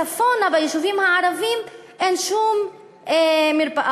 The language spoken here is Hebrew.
צפונה ביישובים הערביים אין שום מרפאה.